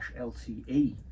LTE